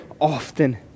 often